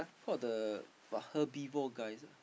called the what herbivore guys ah